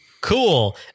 cool